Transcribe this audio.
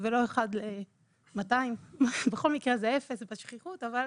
ולא אחד ל-200, בכל מקרה זה אפס בשכיחות, אבל